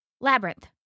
Labyrinth